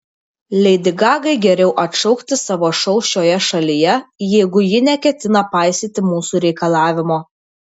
leidi gagai geriau atšaukti savo šou šioje šalyje jeigu ji neketina paisyti mūsų reikalavimo